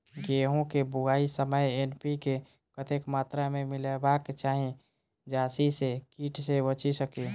गेंहूँ केँ बुआई समय एन.पी.के कतेक मात्रा मे मिलायबाक चाहि जाहि सँ कीट सँ बचि सकी?